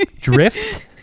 Drift